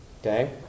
Okay